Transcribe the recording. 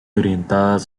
orientadas